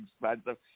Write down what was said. expensive